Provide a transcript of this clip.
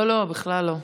לא, בכלל לא.